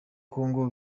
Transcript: congo